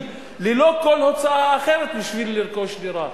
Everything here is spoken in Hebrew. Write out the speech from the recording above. ללא כל הוצאה אחרת בשביל לרכוש דירה.